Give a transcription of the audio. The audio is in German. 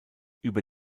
über